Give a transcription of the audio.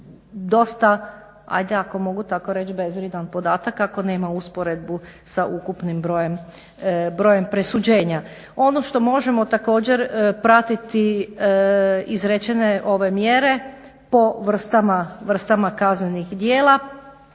dosta ako mogu tako reći bezvrijedan podatak, ako nema usporedbu sa ukupnim brojem presuđenja. Ono što možemo također pratiti izrečene ove mjere po vrstama kaznenih djela,